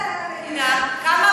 כמה זה עלה למדינה?